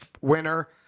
winner